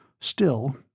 Still